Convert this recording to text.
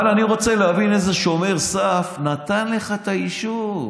אבל אני רוצה להבין איזה שומר סף נתן לך את האישור.